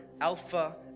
Alpha